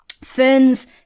Fern's